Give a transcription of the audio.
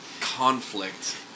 conflict